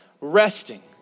resting